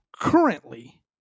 currently